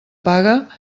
paga